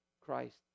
Christ